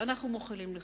אנחנו מוחלים לך.